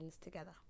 together